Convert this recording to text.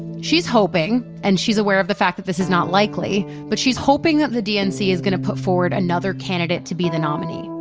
she's hoping, and she's aware of the fact that this is not likely, but she's hoping that the dnc is gonna put forward another candidate to be the nominee.